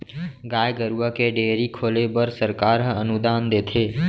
गाय गरूवा के डेयरी खोले बर सरकार ह अनुदान देथे